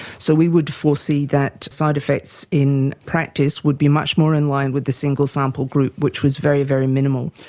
so we would foresee that side effects in practice would be much more in line with the single sample group which was very, very minimal.